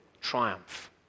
triumph